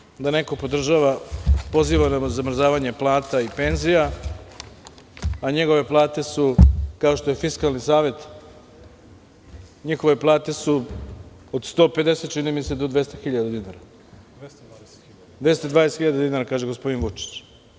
Nelogično je da neko podržava, poziva na zamrzavanje plata i penzija, a njegove plate su, kao što je Fiskalni savet, njihove plate su od 150 čini mi se, do 200 hiljada dinara, 220 hiljada dinara, kaže gospodin Vučić.